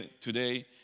today